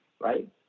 right